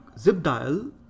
ZipDial